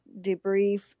Debrief